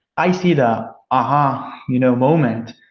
i see the aha you know moment.